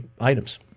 items